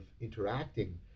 interacting